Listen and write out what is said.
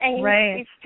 right